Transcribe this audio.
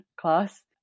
class